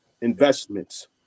investments